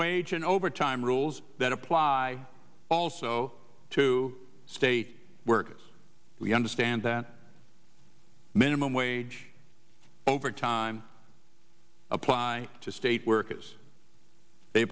wage and overtime rules that apply also to states where because we understand that minimum wage overtime apply to state workers they